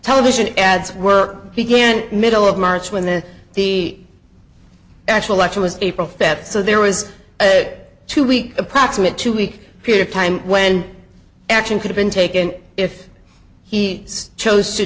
television ads work began middle of march when the the actual letter was a perfect so there was a two week approximate two week period of time when action could have been taken if he chose to